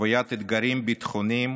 רווית אתגרים ביטחוניים